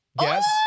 Yes